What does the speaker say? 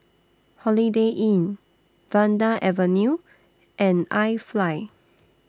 Holiday Inn Vanda Avenue and IFly